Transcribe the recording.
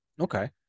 Okay